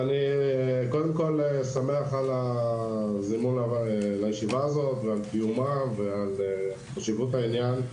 אני שמח על הזימון לישיבה הזו ועל קיומה ועל חשיבות העניין.